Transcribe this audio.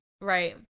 Right